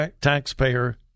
taxpayer